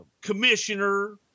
Commissioner